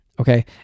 Okay